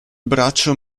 braccio